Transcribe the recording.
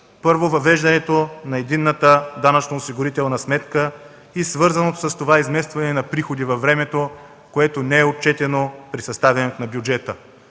Първо, въвеждането на единната данъчно осигурителна сметка и свързаното с това изместване на приходи във времето, което не е отчетено при съставянето на бюджета.